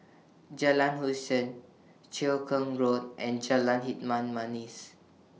Jalan Hussein Cheow Keng Road and Jalan Hitam Manis